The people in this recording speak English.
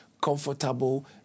comfortable